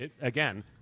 Again